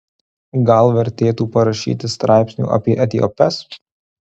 gal vertėtų parašyti straipsnių apie etiopes